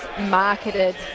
marketed